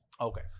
Okay